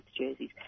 jerseys